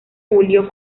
julio